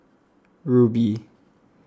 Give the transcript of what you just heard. Rubi